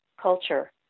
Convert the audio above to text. culture